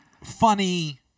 funny